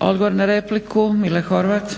Odgovor na repliku Mile Horvat.